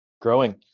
Growing